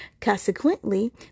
consequently